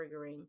triggering